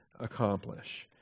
accomplish